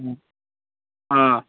ওম অ